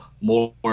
more